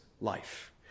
life